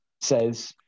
says